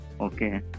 Okay